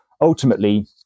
ultimately